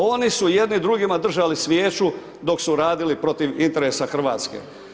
Oni su jedni drugima držali svijeću dok su radili protiv interesa Hrvatske.